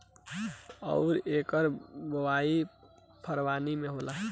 अउर एकर बोवाई फरबरी मे होला